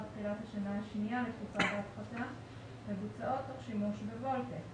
תחילת השנה השנייה לתקופת ההפחתה מבוצעות תוך שימוש ב-VoLTE.